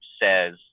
says